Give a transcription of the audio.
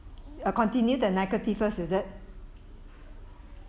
ah continue the negative first is it